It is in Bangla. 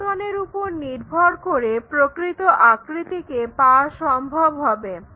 আবর্তনের উপর নির্ভর করে প্রকৃত আকৃতিকে পাওয়া সম্ভব হবে